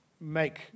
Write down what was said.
make